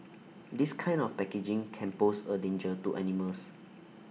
this kind of packaging can pose A danger to animals